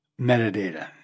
metadata